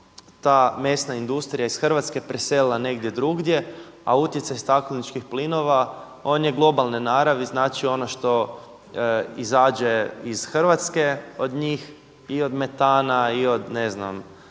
ta mesna industrija iz Hrvatske preselila negdje drugdje. A utjecaj stakleničkih plinova, on je globalne naravi, znači ono što izađe iz Hrvatske od njih, i od metana i od ne znam